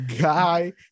guy